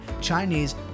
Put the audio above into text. Chinese